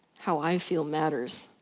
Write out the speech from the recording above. how i feel matters.